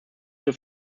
zur